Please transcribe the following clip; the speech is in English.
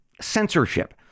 Censorship